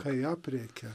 kai aprėkia